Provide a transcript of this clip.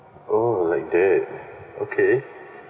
oh like that okay